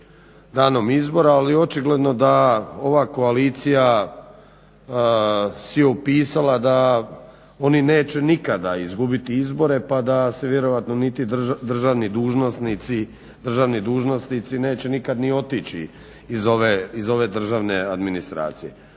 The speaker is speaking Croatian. danom izbora, ali očigledno da ova koalicija si je upisala da oni neće nikada izgubiti izbore pa da se vjerojatno niti državni dužnosnici neće nikad ni otići iz ove državne administracije.